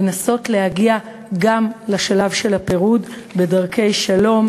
לנסות להגיע גם לשלב של הפירוד בדרכי שלום,